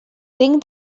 tinc